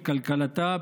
בכלכלתה,